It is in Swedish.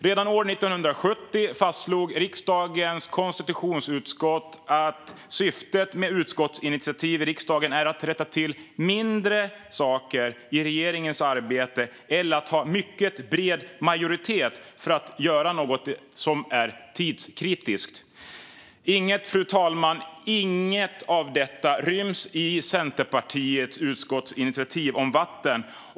Redan år 1970 fastslog riksdagens konstitutionsutskott att syftet med utskottsinitiativ i riksdagen är att rätta till mindre saker i regeringens arbete eller att ha mycket bred majoritet för att göra något som är tidskritiskt. Inget av detta, fru talman, ryms i Centerpartiets utskottsinitiativ om vatten.